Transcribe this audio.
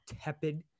tepid